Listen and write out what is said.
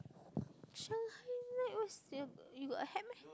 Shanghai night what's the you got hat meh